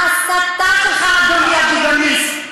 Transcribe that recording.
בהסתה שלך, אדוני הביגמיסט.